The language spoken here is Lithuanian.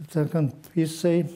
taip sakant jisai